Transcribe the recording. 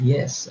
Yes